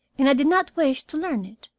and i did not wish to learn it.